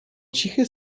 cichy